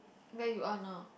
where you are now